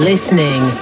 Listening